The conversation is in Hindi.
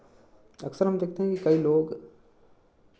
अक्सर हम देखते हैं कि कई लोग